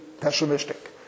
pessimistic